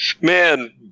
Man